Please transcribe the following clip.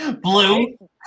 Blue